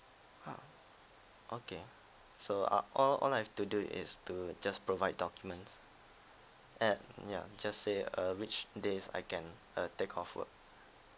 !wow! okay so ah all all I have to do is to just provide documents eh ya I'm just say uh which days I can uh take off work